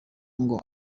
ngo